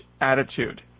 attitude